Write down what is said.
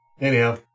Anyhow